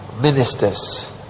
ministers